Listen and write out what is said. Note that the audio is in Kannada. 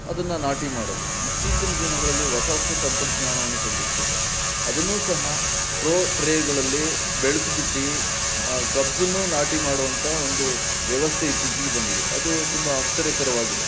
ಅದನ್ನ ನಾಟಿ ಮಾಡೋದು ಇತ್ತೀಚಿನ ದಿನಗಳಲ್ಲಿ ಹೊಸ ಹೊಸ ತಂತ್ರಜ್ಞಾನವನ್ನು ಕಂಡುಹಿಡಿದಿದ್ದಾರೆ ಅದನ್ನೂ ಸಹ ಪ್ರೋ ಟ್ರೆಗಳಲ್ಲಿ ಬೆಳ್ಸ್ಬಿಟ್ಟು ಮ ಕಬ್ಬನ್ನು ನಾಟಿ ಮಾಡೋವಂಥ ಒಂದು ವ್ಯವಸ್ಥೆ ಇತ್ತೀಚಿಗೆ ಬಂದಿದೆ ಅದು ತುಂಬ ಆಶ್ಚರ್ಯಕರವಾಗಿದೆ